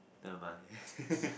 never mind